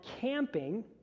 camping